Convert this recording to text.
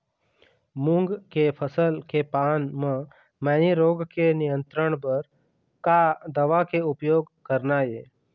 मूंग के फसल के पान म मैनी रोग के नियंत्रण बर का दवा के उपयोग करना ये?